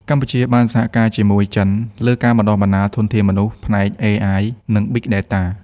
កម្ពុជាបានសហការជាមួយចិនលើការបណ្ដុះបណ្ដាលធនធានមនុស្សផ្នែក AI និង Big Data។